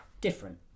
different